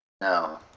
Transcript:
No